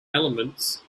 elements